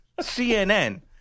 CNN